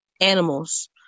animals